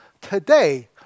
Today